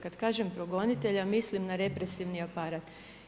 Kada kažem progonitelja mislim na represivni aparat.